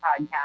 podcast